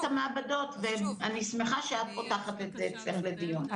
המעבדות ואני שמחה שאת פותחת את זה אצלך לדיון.